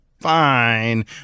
fine